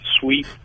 sweet